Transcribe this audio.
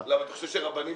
למה חבר הכנסת מקלב?